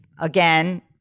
again